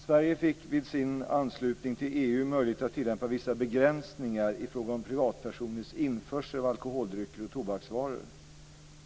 Sverige fick vid anslutningen till EU möjlighet att tillämpa vissa begränsningar i fråga om privatpersoners införsel av alkoholdrycker och tobaksvaror.